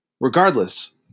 Regardless